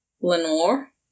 Lenore